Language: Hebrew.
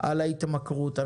על ההתמכרות.